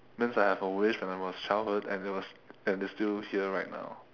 means I have a wish when I was childhood and it was and it's still here right now